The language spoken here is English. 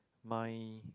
my